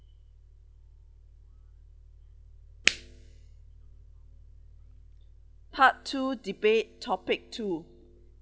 part two debate topic two